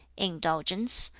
indulgence,